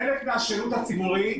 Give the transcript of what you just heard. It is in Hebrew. חלק מהשירות הציבורי,